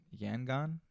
Yangon